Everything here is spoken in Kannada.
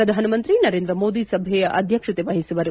ಪ್ರಧಾನಮಂತ್ರಿ ನರೇಂದ್ರ ಮೋದಿ ಸಭೆಯ ಅಧ್ಯಕ್ಷತೆ ಮಹಿಸುವರು